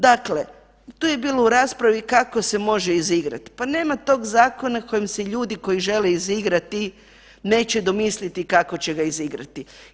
Dakle, tu je bilo u raspravi kako se može izigrati, pa nema tog zakona koje se ljudi koji žele izigrati neće domisliti kako će ga izigrati.